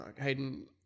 Hayden